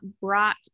brought